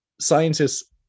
Scientists